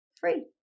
free